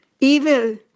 evil